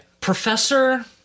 professor